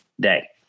day